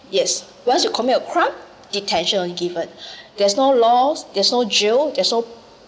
yes once you commit a crime detention only given there's no laws there's no jail there's no